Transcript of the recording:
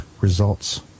results